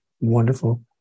wonderful